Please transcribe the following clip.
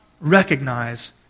recognize